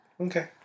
Okay